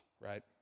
right